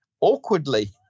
awkwardly